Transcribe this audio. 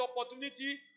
opportunity